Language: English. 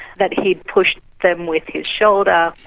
that he had pushed them with his shoulder.